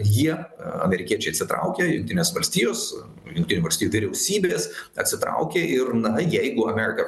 jie amerikiečiai atsitraukia jungtinės valstijos jungtinių valstijų vyriausybės atsitraukė ir na jeigu amerika